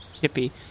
Chippy